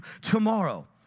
tomorrow